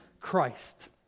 Christ